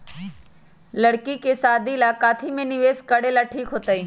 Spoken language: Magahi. लड़की के शादी ला काथी में निवेस करेला ठीक होतई?